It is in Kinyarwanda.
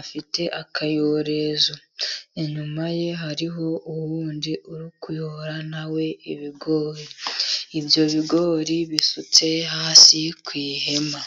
afite akayorezo, inyuma ye hariho undi uri kuyobora nawe ibigori, ibyo bigori bisutse hasi ku ihema.